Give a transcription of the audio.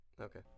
okay